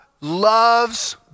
loves